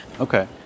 Okay